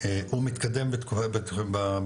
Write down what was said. הוא מתקדם בתכנון,